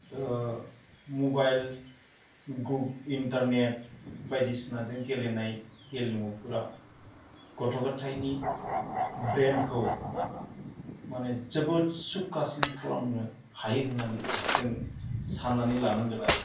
mobile internet बायदिसिनाजों गेलेनाय गेलेमुफोरा गथ' गथायनि ब्रेनखौ माने जोबोद सुकासिन खालामनो हायो होननानै जों साननानै लानांगोन आरो